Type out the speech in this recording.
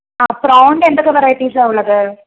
ആ പ്രോണിൻ്റെ എന്തൊക്കെ വൈറൈറ്റീസാ ഉള്ളത്